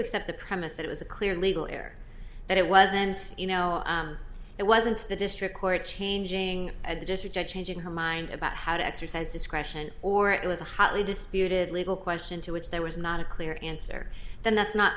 accept the premise that it was a clear legal air that it wasn't you know it wasn't the district court changing at the district judge changing her mind about how to exercise discretion or it was a hotly disputed legal question to which there was not a clear answer then that's not